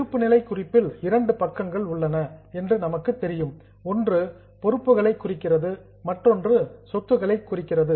இருப்புநிலை குறிப்பில் இரண்டு பக்கங்கள் உள்ளன என்று நமக்கு தெரியும் ஒன்று லியாபிலிடீஸ் பொறுப்புகளை குறிக்கிறது மற்றொன்று அசட்ஸ் சொத்துகளை குறிக்கிறது